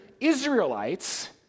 Israelites